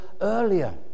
earlier